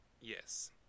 Yes